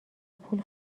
پول